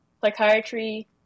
psychiatry